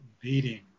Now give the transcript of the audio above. beating